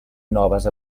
noves